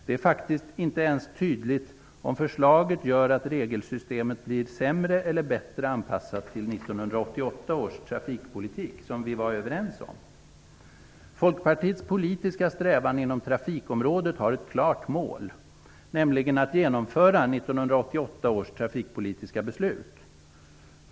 Det är faktiskt inte ens tydligt om förslaget gör att regelsystemet blir sämre eller bättre anpassat till 1988 års trafikpolitik, som vi var överens om. Folkpartiets politiska strävan inom trafikområdet har ett klart mål, nämligen att 1988 års trafikpolitiska beslut skall genomföras.